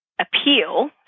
appeal